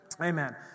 Amen